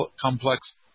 complex